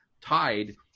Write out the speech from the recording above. tied